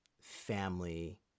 family